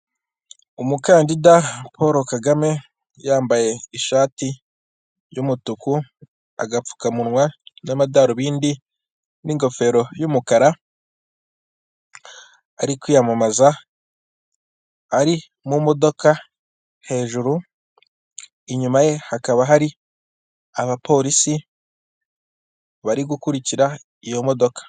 Umukandida Paul Kagame yambaye ishati y'umutuku, agapfukamunwa n'amadarubindi n'ingofero y'umukara, ari kwiyamamaza, ari mu modoka hejuru, inyuma ye hakaba hari abapolisi bari gukurikira iyo modoka.